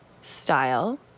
style